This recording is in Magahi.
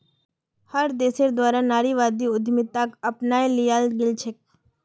हर देशेर द्वारा नारीवादी उद्यमिताक अपनाए लियाल गेलछेक